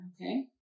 okay